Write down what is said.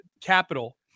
capital